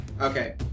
Okay